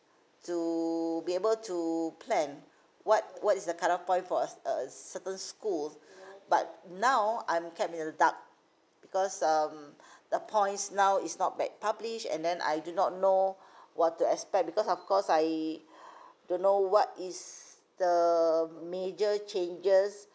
to be able to plan what what is the cut off point for us uh certain schools but now I'm kept in the dark because um the points now is not made published and then I do not know what to expect because of course I don't know what is the major changes